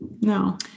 No